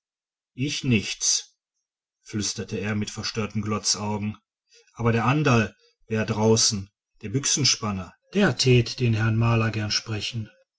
ich nichts flüsterte er mit verstörten glotzaugen aber der anderl wär draußen der büchsenspanner der tät den herrn maler gern sprechen